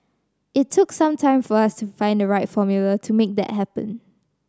it took some time for us to find the right formula to make that happen